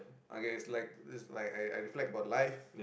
okay is like is like I I reflect about life